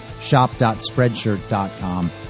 Shop.Spreadshirt.com